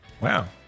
Wow